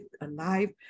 alive